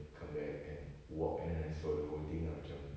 come back and walk and then I saw the whole thing ah macam